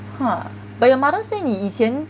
ha but your mother say 你以前